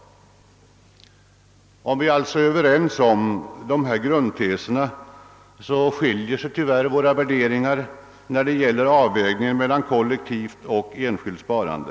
Om det således råder enighet om dessa grundteser, skiljer sig tyvärr värderingarna när det gäller avvägningen mellan kollektivt och enskilt sparande.